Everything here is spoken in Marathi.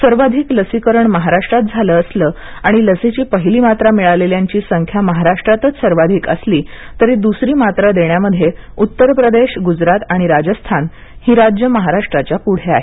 सर्वाधिक लसीकरण महाराष्ट्रात झालं असलं आणि लसीची पहिली मात्रा मिळालेल्यांची संख्या महाराष्ट्रातच सर्वाधिक असली तरी दुसरी मात्रा देण्यामध्ये उत्तरप्रदेश गुजरात आणि राजस्थान ही राज्यं महाराष्ट्राच्या पुढे आहे